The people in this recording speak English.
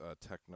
techno